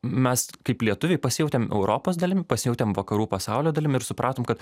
mes kaip lietuviai pasijautėm europos dalim pasijautėm vakarų pasaulio dalim ir supratom kad